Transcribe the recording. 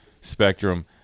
spectrum